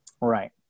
right